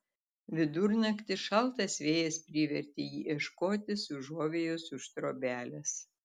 vidurnaktį šaltas vėjas privertė jį ieškotis užuovėjos už trobelės